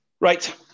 right